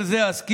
בהקשר זה אזכיר